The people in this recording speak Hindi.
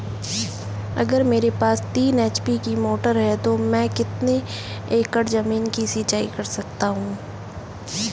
अगर मेरे पास तीन एच.पी की मोटर है तो मैं कितने एकड़ ज़मीन की सिंचाई कर सकता हूँ?